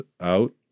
out